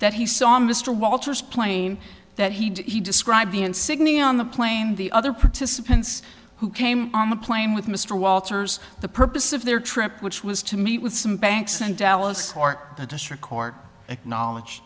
that he saw mr walters plane that he described the insignia on the plane the other participants who came on the plane with mr walters the purpose of their trip which was to meet with some banks in dallas or the district court acknowledge